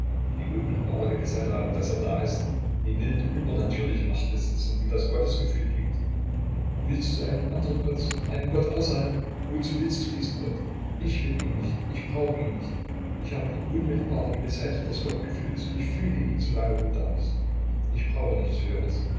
die unmittelbare gewißheit haben daß er da ist die wilde übernatürliche macht besitzen die das gottesgefühl gibt willst du einen anderen gott suchen einen gott außerhalb wozu willst du diesen gott ich will ihn nicht ich brauche ihn nicht ich habe die unmittelbare gewißheit des gottgefühles ich fühle ihn so lange du da bist ich brauche nichts höheres